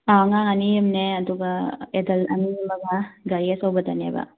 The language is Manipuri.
ꯑꯥ ꯑꯉꯥꯡ ꯑꯅꯤ ꯑꯝꯅꯦ ꯑꯗꯨꯒ ꯑꯦꯗꯜꯠ ꯑꯅꯤ ꯑꯃꯒ ꯒꯥꯔꯤ ꯑꯆꯧꯕꯗꯅꯦꯕ